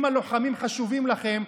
אם הלוחמים חשובים לכם,